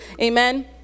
amen